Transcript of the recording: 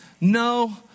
No